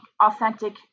authentic